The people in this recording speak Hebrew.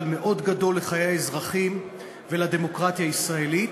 מאוד גדול בחיי האזרחים ובדמוקרטיה הישראלית,